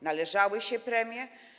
Należały się premie.